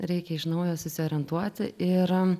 reikia iš naujo susiorientuoti ir